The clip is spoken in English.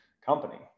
company